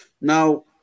Now